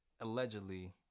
allegedly